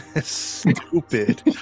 Stupid